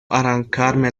arrancarme